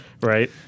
right